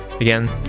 Again